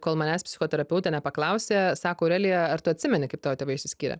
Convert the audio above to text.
kol manęs psichoterapeutė nepaklausė sako aurelija ar tu atsimeni kaip tavo tėvai išsiskyrė